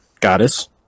goddess